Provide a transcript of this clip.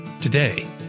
Today